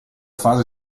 fase